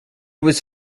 was